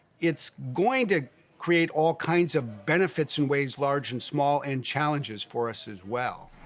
it's going to create all kinds of benefits in ways large and small, and challenges for us, as well.